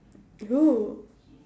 who